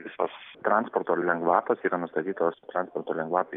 visos transporto lengvatos yra nustatytos transporto lengvatos